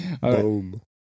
Boom